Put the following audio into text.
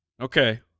Okay